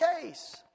case